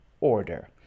Order